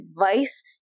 advice